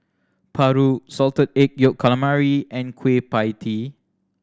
paru Salted Egg Yolk Calamari and Kueh Pie Tee